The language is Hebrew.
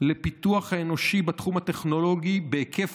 לפיתוח האנושי בתחום הטכנולוגי בהיקף